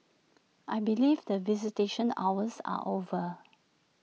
I believe the visitation hours are over